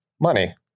money